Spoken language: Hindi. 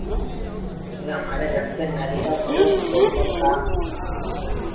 ये हमारे घर पे नल का थोड़ा प्रॉबलम था